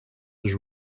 was